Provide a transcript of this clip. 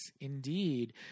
indeed